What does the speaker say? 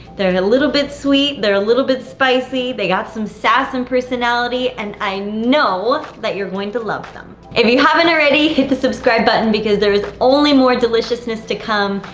they're and a little bit sweet, they're a little bit spicy. they got some sass and personality, and i know that you're going to love them. if you haven't already, hit the subscribe button because there is only more deliciousness to come,